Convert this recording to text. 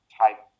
type